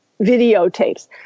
videotapes